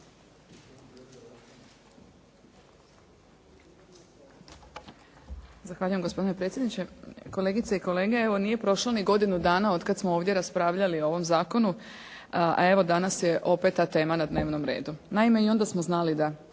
Zahvaljujem, gospodine predsjedniče. Kolegice i kolege. Evo nije prošlo ni godinu dana otkad smo ovdje raspravljali o ovom zakonu, a evo danas je opet ta tema na dnevnom redu. Naime, i onda smo znali da